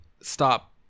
stop